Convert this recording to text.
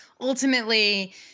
ultimately